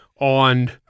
on